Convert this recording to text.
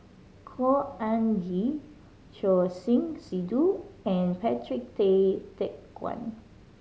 Khor Ean Ghee Choor Singh Sidhu and Patrick Tay Teck Guan